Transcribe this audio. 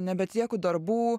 nebeatlieku darbų